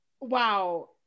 wow